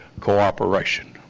cooperation